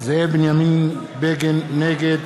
נגד